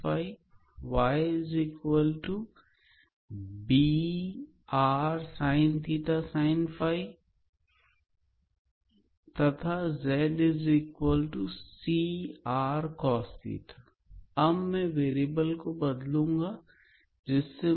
अब यदि मैं एक चर को प्रतिस्थापित कर दूँ तो मुझे वॉल्यूम इंटीग्रल V का मान प्राप्त होगा